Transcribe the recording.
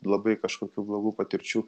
labai kažkokių blogų patirčių